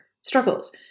struggles